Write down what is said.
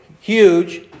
huge